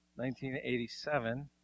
1987